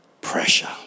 pressure